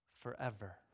forever